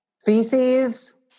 Feces